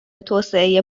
توسعه